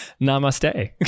Namaste